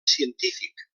científic